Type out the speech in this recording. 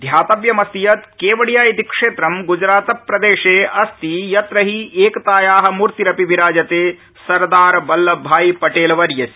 ध्यातव्यमस्ति यत् केवड़िया इति क्षेत्र ग्जरात प्रदेशे अस्ति यत्र हि एकताया मूर्तिरपि विराजते सरदारवल्लभभाईपटेलवर्यस्य